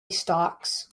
stocks